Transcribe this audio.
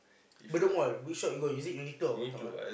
Bedok-Mall which shop you go is it Uniqlo or go top one